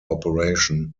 operation